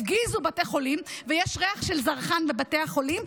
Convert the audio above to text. הפגיזו בתי חולים ויש ריח של זרחן בבתי חולים,